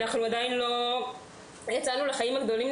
עדיין לא יצאנו לחיים הגדולים.